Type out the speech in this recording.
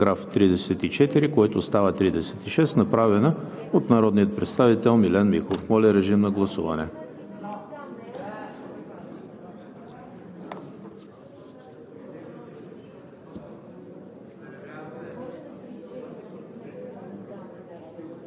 Не виждам. Преминаваме към гласуване. Ще подложа на гласуване предложението за редакция в § 34, който става § 36, направена от народния представител Милен Михов. Гласували